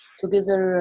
together